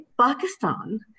Pakistan